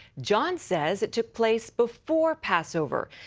john says it took place before passover.